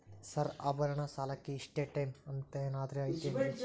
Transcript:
Sir ಆಭರಣದ ಸಾಲಕ್ಕೆ ಇಷ್ಟೇ ಟೈಮ್ ಅಂತೆನಾದ್ರಿ ಐತೇನ್ರೇ?